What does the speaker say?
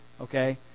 Okay